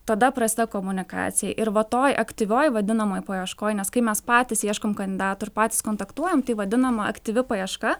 tada prasideda komunikacija ir va toj aktyvioj vadinamoj paieškoj nes kai mes patys ieškom kandidatų ir patys kontaktuojam tai vadinama aktyvi paieška